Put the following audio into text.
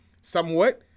somewhat